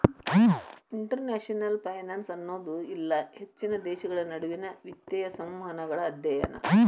international finance ಅನ್ನೋದು ಇಲ್ಲಾ ಹೆಚ್ಚಿನ ದೇಶಗಳ ನಡುವಿನ್ ವಿತ್ತೇಯ ಸಂವಹನಗಳ ಅಧ್ಯಯನ